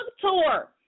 tour